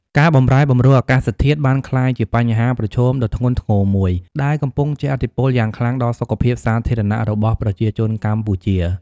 ការបម្រែបម្រួលអាកាសធាតុបានក្លាយជាបញ្ហាប្រឈមដ៏ធ្ងន់ធ្ងរមួយ ដែលកំពុងជះឥទ្ធិពលយ៉ាងខ្លាំងដល់សុខភាពសាធារណៈរបស់ប្រជាជនកម្ពុជា។